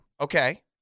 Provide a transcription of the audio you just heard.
Okay